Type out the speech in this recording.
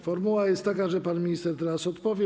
Formuła jest taka, że pan minister teraz odpowie.